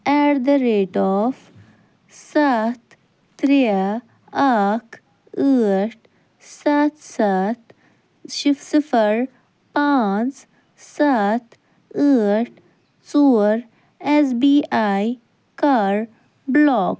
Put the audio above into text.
eight the rate of سَتھ ترٛےٚ اکھ ٲٹھ سَتھ سَتھ صِفر پانٛژھ سَتھ ٲٹھ ژور ایٚس بی آے کر بُلاک